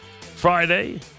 Friday